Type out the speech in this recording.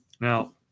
Now